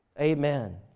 Amen